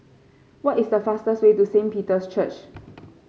what is the fastest way to Saint Peter's Church